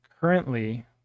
currently